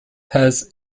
has